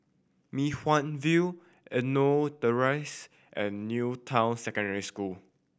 Mei Hwan View Euno Terrace and New Town Secondary School